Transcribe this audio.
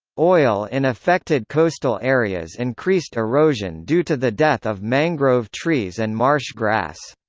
oil in affected coastal areas increased erosion due to the death of mangrove trees and marsh grass.